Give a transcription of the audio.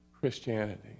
Christianity